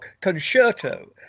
concerto